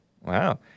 Wow